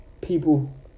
people